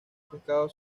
pescado